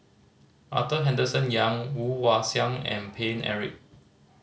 Arthur Henderson Young Woon Wah Siang and Paine Eric